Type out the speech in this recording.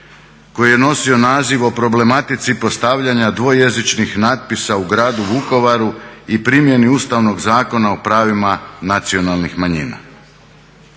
koji je nosio naziv o problematici postavljanja dvojezičnih natpisa u gradu Vukovaru i primjeni Ustavnog zakona o pravima nacionalnih manjina.